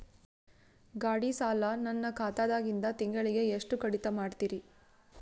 ಗಾಢಿ ಸಾಲ ನನ್ನ ಖಾತಾದಾಗಿಂದ ತಿಂಗಳಿಗೆ ಎಷ್ಟು ಕಡಿತ ಮಾಡ್ತಿರಿ?